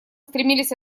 стремились